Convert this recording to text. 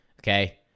Okay